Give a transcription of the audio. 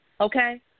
Okay